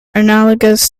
analogous